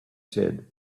said